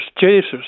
Jesus